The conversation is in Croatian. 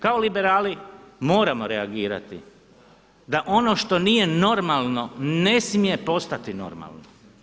Kao liberali moramo reagirati da ono što nije normalno ne smije postati normalno.